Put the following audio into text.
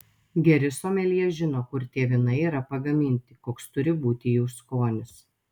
geri someljė žino kur tie vynai yra pagaminti koks turi būti jų skonis